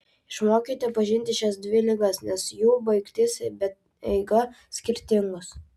išmokite pažinti šias dvi ligas nes jų baigtis bei eiga skirtingos